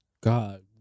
God